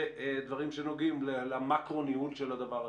דברים שנוגעים למקרו ניהול של הדבר הזה.